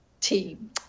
team